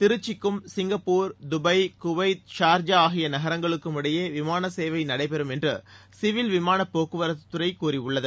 திருச்சிக்கும் Singapore Dubai Kuwait Sharjah ஆகிய நகரங்களுக்கும் இடையே விமாள சேவை நடைபெறும் என்று சிவில் விமானப் போக்குவரத்துத் துறை கூறியுள்ளது